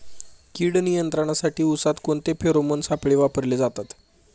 कीड नियंत्रणासाठी उसात कोणते फेरोमोन सापळे वापरले जातात?